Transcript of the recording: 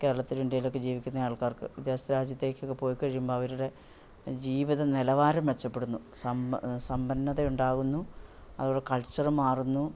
കേരളത്തിൽ ഇന്ത്യയിലൊക്കെ ജീവിക്കുന്ന ആൾക്കാർക്ക് വിദേശ രാജ്യത്തേകൊക്കെ പോയി കഴിയുമ്പോൾ അവരുടെ ജീവിത നിലവാരം മെച്ചപ്പെടുന്നു സ സമ്പന്നത ഉണ്ടാകുന്നു അവരുടെ കൾച്ചറ് മാറുന്നു